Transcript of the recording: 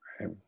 Right